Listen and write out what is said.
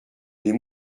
les